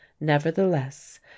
nevertheless